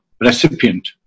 recipient